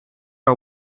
our